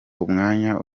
umwanya